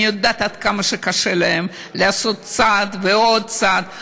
אני יודעת עד כמה קשה להם לעשות צעד ועוד צעד,